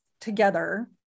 together